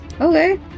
Okay